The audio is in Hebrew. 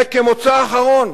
וכמוצא אחרון,